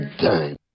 time